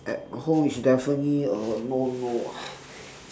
at home is definitely a no no ah